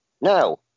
Now